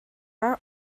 are